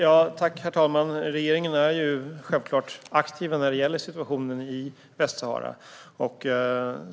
Herr talman! Regeringen är självfallet aktiv när det gäller situationen i Västsahara.